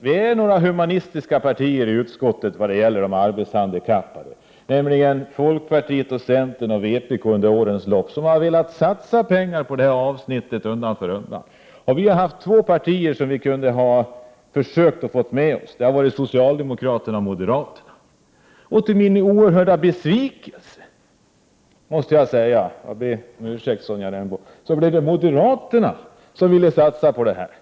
Vi är några humanistiska partier i utskottet när det gäller de arbetshandikappade, nämligen folkpartiet, centern och vpk, vilka under årens lopp har velat undan för undan satsa pengar på detta område. Det är två partier som vi har försökt få med oss: socialdemokraterna och moderaterna. Till min oerhörda besvikelse, måste jag säga — jag ber om ursäkt, Sonja Rembo — var det moderaterna som ville satsa på dessa frågor.